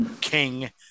King